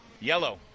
yellow